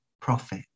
profit